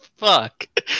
fuck